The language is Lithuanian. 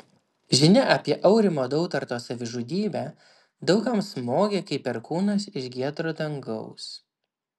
žinia apie aurimo dautarto savižudybę daug kam smogė kaip perkūnas iš giedro dangaus